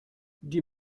die